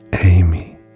Amy